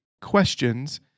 questions